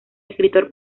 escritor